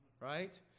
right